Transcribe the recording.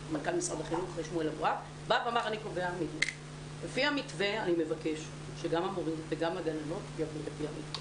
אמר שהוא קובע מתווה והוא מבקש שגם המורים וגם הגננות יעבדו לפיו.